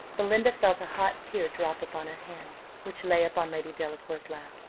belinda felt a hot tear drop upon her hand, which lay upon lady delacour's lap.